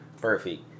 Perfect